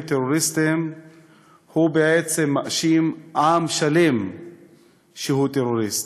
טרוריסטים בעצם מאשים עם שלם שהוא טרוריסט,